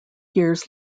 years